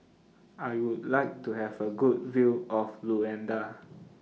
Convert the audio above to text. I Would like to Have A Good View of Luanda